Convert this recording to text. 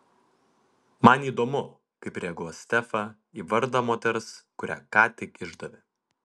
man įdomu kaip reaguos stefa į vardą moters kurią ką tik išdavė